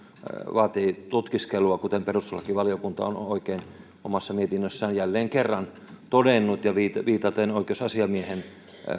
vaatii tutkiskelua kuten perustuslakivaliokunta on oikein omassa mietinnössään jälleen kerran todennut ja viitaten viitaten oikeusasiamiehen